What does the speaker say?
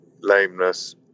lameness